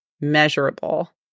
measurable